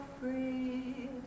free